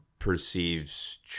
perceives